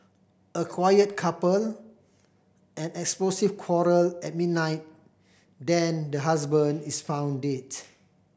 a quiet couple an explosive quarrel at midnight then the husband is found dead